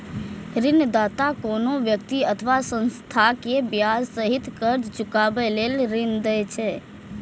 ऋणदाता कोनो व्यक्ति अथवा संस्था कें ब्याज सहित कर्ज चुकाबै लेल ऋण दै छै